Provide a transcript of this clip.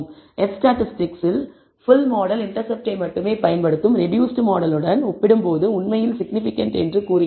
F statistics full model இன்டர்செப்ட்டை மட்டுமே பயன்படுத்தும் ரெடூஸ்ட் மாடலுடன் ஒப்பிடும்போது உண்மையில் சிக்னிபிகன்ட் என்று கூறுகிறது